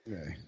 Okay